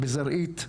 בזרעית,